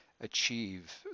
achieve